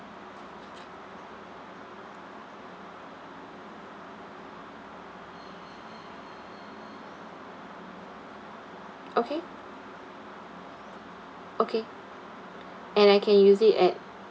okay okay and I can use it at